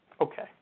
Okay